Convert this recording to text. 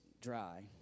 dry